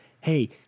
hey